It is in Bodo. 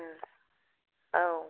औ